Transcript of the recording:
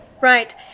Right